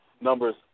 numbers